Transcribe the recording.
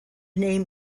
name